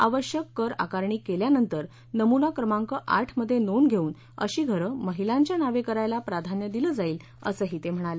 आवश्यक कर आकारणी केल्यानंतर नमुना क्रमांक आठमध्ये नोंद घेवून अशी घरे महिलांच्या नावे करायला प्राधान्य दिलं जाईल असेही ते म्हणाले